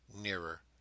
nearer